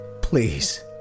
Please